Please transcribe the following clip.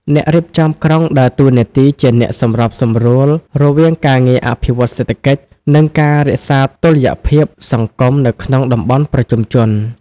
អ្នករៀបចំក្រុងដើរតួនាទីជាអ្នកសម្របសម្រួលរវាងការអភិវឌ្ឍសេដ្ឋកិច្ច និងការរក្សាតុល្យភាពសង្គមនៅក្នុងតំបន់ប្រជុំជន។